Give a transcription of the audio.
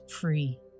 free